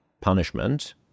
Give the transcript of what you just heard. punishment